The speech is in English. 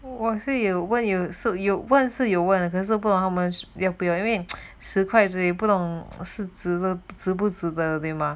我是有 you sold you weren't 是有问了可是 performance there 不用运使筷子也不懂是值得值不值得的吗